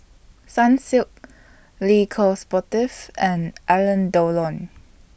Sunsilk Le Coq Sportif and Alain Delon